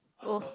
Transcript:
oh